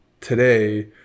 today